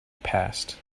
passed